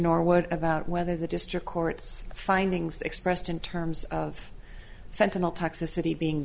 norwood about whether the district court's findings expressed in terms of sentinel toxicity being